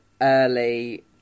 early